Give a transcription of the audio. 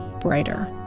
brighter